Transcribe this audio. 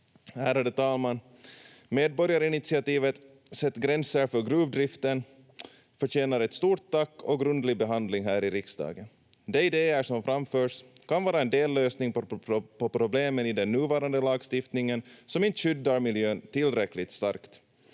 Ärade talman! Medborgarinitiativet Sätt GRÄNSER för gruvdriften förtjänar ett stort tack och grundlig behandling här i riksdagen. De idéer som framförs kan vara en dellösning på problemen i den nuvarande lagstiftningen som inte skyddar miljön tillräckligt starkt.